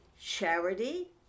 charity